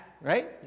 Right